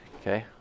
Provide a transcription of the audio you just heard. Okay